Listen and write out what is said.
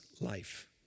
life